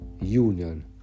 union